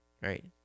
Right